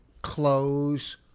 Close